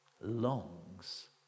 longs